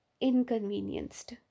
inconvenienced